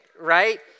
right